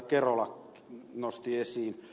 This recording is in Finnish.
kerola nosti esiin